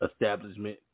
establishment